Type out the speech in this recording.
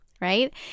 Right